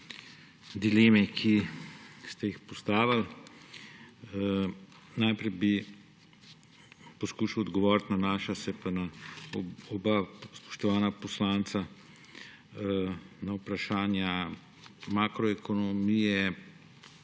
dileme, ki ste jih postavili. Najprej bi poskušal odgovoriti, nanaša se pa na oba spoštovana poslanca, na vprašanja makroekonomije,